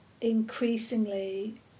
increasingly